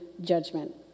judgment